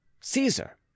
Caesar